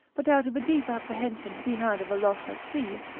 but out of a deep apprehension he had of a loss at seas,